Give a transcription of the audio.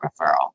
referral